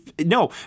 no